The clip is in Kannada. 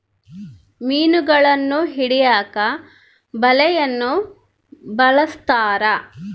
ಮೀನುಗಳನ್ನು ಹಿಡಿಯಕ ಬಲೆಯನ್ನು ಬಲಸ್ಥರ